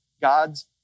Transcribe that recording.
God's